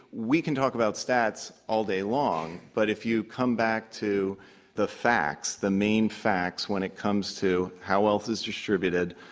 we can talk about stats all day long. but if you come back to the facts, the main facts when it comes to how wealth is distributed,